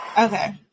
okay